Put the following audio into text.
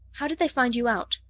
how did they find you out?